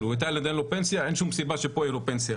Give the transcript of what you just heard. אם בתאילנד אין לו פנסיה אין שום סיבה שפה תהיה לו פנסיה,